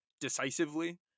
decisively